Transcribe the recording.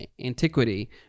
antiquity